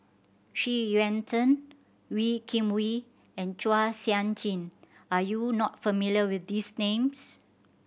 Xu Yuan Zhen Wee Kim Wee and Chua Sian Chin are you not familiar with these names